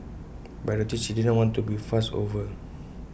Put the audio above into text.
but I noticed she didn't want to be fussed over